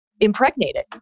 impregnated